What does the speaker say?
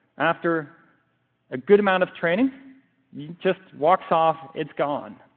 after a good amount of training, it just walks off. it's gone.